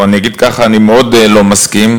או אני אגיד ככה אני מאוד לא מסכים,